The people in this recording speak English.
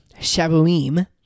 shabuim